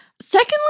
Secondly